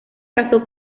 casó